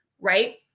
right